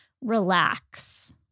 relax